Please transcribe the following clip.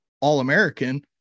All-American